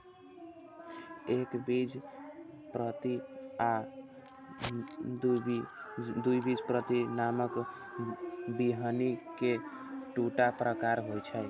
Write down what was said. एकबीजपत्री आ द्विबीजपत्री नामक बीहनि के दूटा प्रकार होइ छै